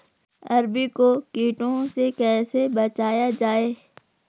अरबी को कीटों से कैसे बचाया जाए?